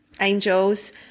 angels